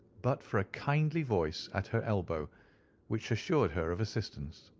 but for a kindly voice at her elbow which assured her of assistance.